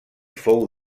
fou